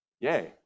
Yay